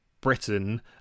britain